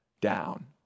down